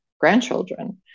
grandchildren